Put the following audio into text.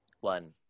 One